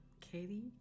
Katie